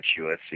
USC